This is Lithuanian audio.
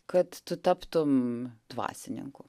kad tu taptum dvasininku